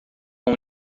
com